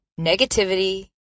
negativity